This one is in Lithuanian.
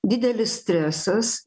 didelis stresas